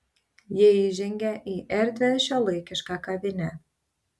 jie įžengė į erdvią šiuolaikišką kavinę